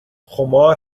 خمار